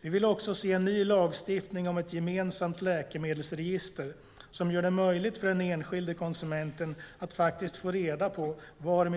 Vi vill också se en ny lagstiftning om ett gemensamt läkemedelsregister som gör det möjligt för den enskilde konsumenten att få reda på var